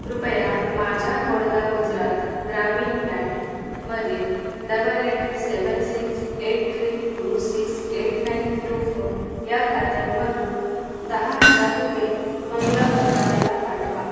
कृपया माझ्या बडोदा गुजरात ग्रामीण बँकमधील double eight seven six eight three two six eight nine two four या खात्यामधून दहा हजार रुपये मंगला कपालेला पाठवा